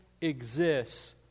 exists